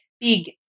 big